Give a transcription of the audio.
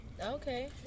Okay